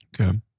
Okay